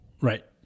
Right